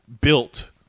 built